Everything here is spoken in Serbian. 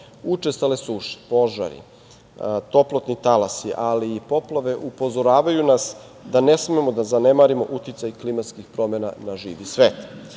Učestale suše, požari, toplotni talasi, ali i poplave upozoravaju nas da ne smemo da zanemarimo uticaj klimatskih promena na živi svet.